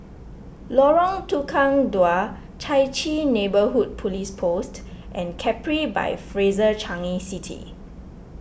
Lorong Tukang Dua Chai Chee Neighbourhood Police Post and Capri by Fraser Changi City